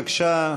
בבקשה,